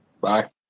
Bye